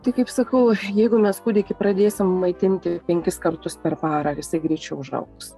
tai kaip sakau jeigu mes kūdikį pradėsim maitinti penkis kartus per parą ar jisai greičiau užaugs